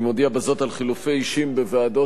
אני מודיע בזאת על חילופי אישים בוועדות